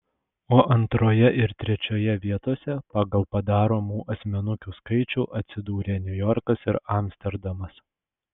o antroje ir trečioje vietose pagal padaromų asmenukių skaičių atsidūrė niujorkas ir amsterdamas